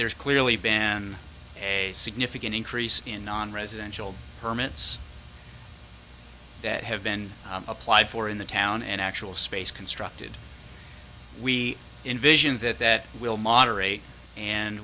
there's clearly been a significant increase in nonresidential permits that have been applied for in the town and actual space constructed we envision that that will moderate and